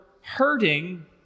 hurting